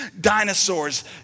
dinosaurs